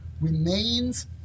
remains